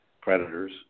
creditors